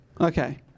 Okay